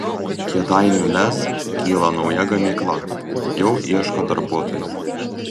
kėdainių lez kyla nauja gamykla jau ieško darbuotojų